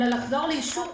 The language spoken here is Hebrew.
אלא לחזור לאישור,